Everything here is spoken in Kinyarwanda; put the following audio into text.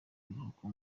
biruhuko